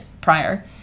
prior